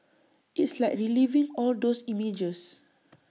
it's like reliving all those images